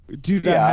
Dude